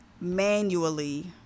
manually